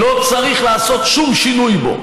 לא צריך לעשות שום שינוי בו.